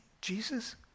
Jesus